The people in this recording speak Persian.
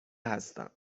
هستم